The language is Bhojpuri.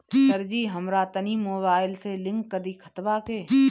सरजी हमरा तनी मोबाइल से लिंक कदी खतबा के